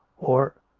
or.